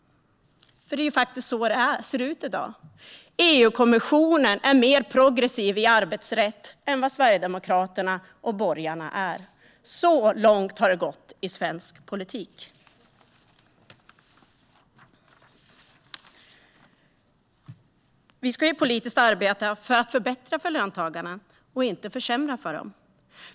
Det är så det ser ut i dag. EU-kommissionen är mer progressiv i fråga om arbetsrätt än Sverigedemokraterna och borgarna är. Så långt har det gått i svensk politik. Vi ska arbeta politiskt för att förbättra för löntagarna, inte för att försämra för dem.